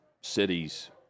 cities